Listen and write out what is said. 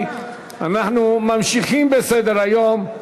אנחנו ממשיכים בסדר-היום.